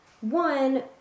One